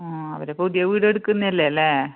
ആ ഒരു പുതിയ വീട് എടുക്കുന്നതല്ലേ അല്ലേ